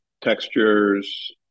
textures